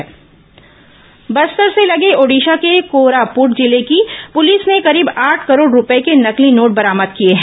नकली नोट बस्तर से लगे ओडिशा के कोरापूट जिले की पुलिस ने करीब आठ करोड़ रूपये के नकली नोट बरामद किए हैं